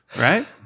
right